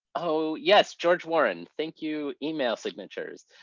oh, yes, george warren, thank you email signatures.